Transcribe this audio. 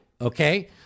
Okay